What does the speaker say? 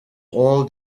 all